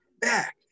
back